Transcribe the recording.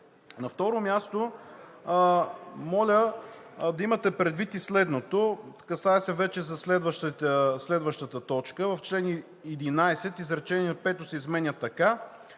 На второ място, моля да имате предвид и следното. Касае се вече за следващата точка – в чл. 11 изречение пето се изменя така: